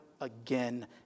again